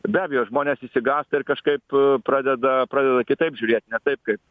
be abejo žmonės išsigąsta ir kažkaip pradeda pradeda kitaip žiūrėt ne taip kaip